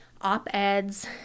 op-eds